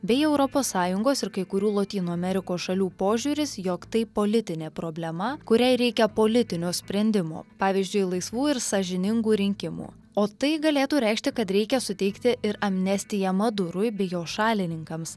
bei europos sąjungos ir kai kurių lotynų amerikos šalių požiūris jog tai politinė problema kuriai reikia politinio sprendimo pavyzdžiui laisvų ir sąžiningų rinkimų o tai galėtų reikšti kad reikia suteikti ir amnestiją madurui bei jo šalininkams